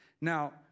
Now